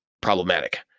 problematic